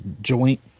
joint